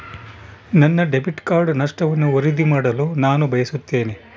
ನನ್ನ debit card ನಷ್ಟವನ್ನು ವರದಿ ಮಾಡಲು ನಾನು ಬಯಸುತ್ತೇನೆ